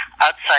outside